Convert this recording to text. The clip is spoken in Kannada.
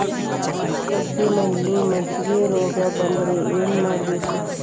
ಕಬ್ಬಿನಲ್ಲಿ ಮಜ್ಜಿಗೆ ರೋಗ ಬಂದರೆ ಏನು ಮಾಡಬೇಕು?